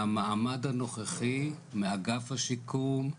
מהמעמד הנוכחי, מאגף השיקום,